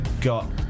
got